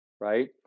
right